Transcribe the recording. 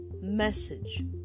message